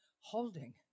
Holding